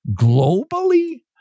globally